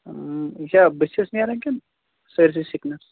یہِ چھا بٔتھِس نیران کِنہٕ سٲرسٕے سِکنَس